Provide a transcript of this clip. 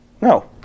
No